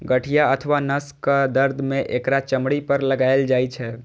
गठिया अथवा नसक दर्द मे एकरा चमड़ी पर लगाएल जाइ छै